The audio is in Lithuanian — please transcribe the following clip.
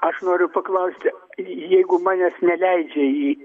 aš noriu paklausti jeigu manęs neleidžia į